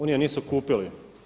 Oni je nisu kupili.